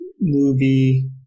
movie